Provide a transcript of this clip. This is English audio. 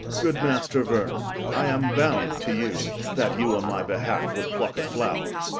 good master vernon, i am bound to you, that you on my behalfe would pluck a flower